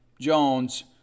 Jones